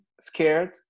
scared